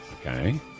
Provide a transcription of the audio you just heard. Okay